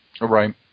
right